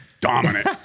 Dominant